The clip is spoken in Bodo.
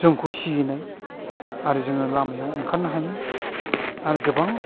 जोंखौ सिगिनाय आरो जोङो लामायाव ओंखारनो हायै आर गोबां